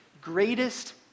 greatest